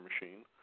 machine